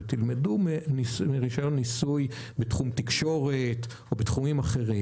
ותלמדו מרישיון ניסוי בתחום תקשורת או בתחומים אחרים.